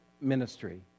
ministry